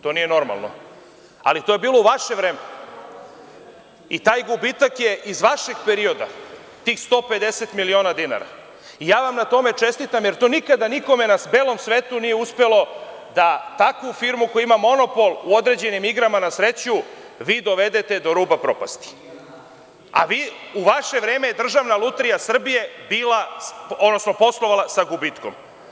To nije normalno, ali to je bilo u vaše vreme i taj gubitak je iz vašeg perioda, tih 150 miliona dinara, i ja vam na tome čestitam, jer to nikada nikome na belom svetu nije uspelo da takvu firmu koja ima monopol u određenim igrama na sreću vi dovedete do ruba propasti, a u vaše vreme je Državna lutrija Srbije poslovala sa gubitkom.